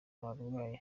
abarwayi